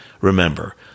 Remember